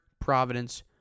Providence